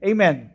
Amen